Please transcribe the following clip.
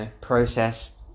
process